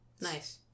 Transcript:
Nice